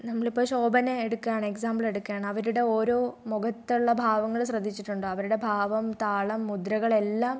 നമ്മൾ ഇപ്പോൾ ശോഭന എടുക്കുകയാണ് എക്സാമ്പിൾ എടുക്കുകയാണ് അവരുടെ ഓരോ മുഖത്തുള്ള ഭാവങ്ങൾ ശ്രദ്ധിച്ചിട്ടുണ്ടോ അവരുടെ ഭാവം താളം മുദ്രകൾ എല്ലാം